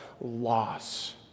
loss